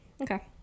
okay